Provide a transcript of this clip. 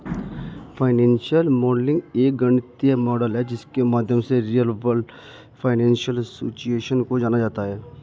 financial modelling एक गणितीय model है जिसके माध्यम से रियल वर्ल्ड फाइनेंशियल सिचुएशन को जाना जाता है